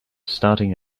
starting